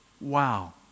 wow